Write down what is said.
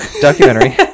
documentary